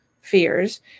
fears